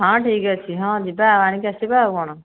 ହଁ ଠିକ୍ଅଛି ହଁ ଯିବା ଆଣିକି ଆସିବା ଆଉ କ'ଣ